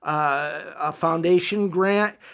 a foundation grant,